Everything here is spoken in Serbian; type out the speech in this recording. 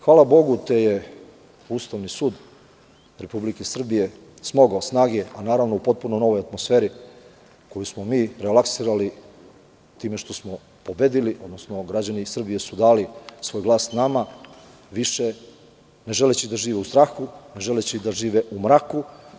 Hvala bogu te je Ustavni sud Republike Srbije smogao snage u potpuno novoj atmosferi, koju smo mi relaksirali time što smo pobedili, odnosno građani Srbije su dali svoj glas nama više ne želeći da žive u strahu, ne želeći da žive u mraku.